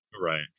Right